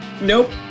Nope